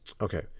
Okay